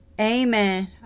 amen